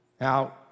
Now